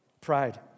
pride